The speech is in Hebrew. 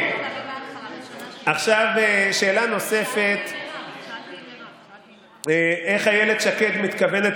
עכשיו שאלה נוספת: איך אילת שקד מתכוונת